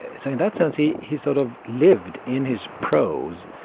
ah so in that sense he he sort of lived in his prose,